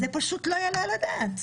זה פשוט לא יעלה על הדעת.